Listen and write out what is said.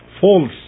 false